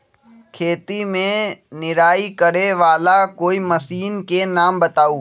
खेत मे निराई करे वाला कोई मशीन के नाम बताऊ?